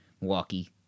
Milwaukee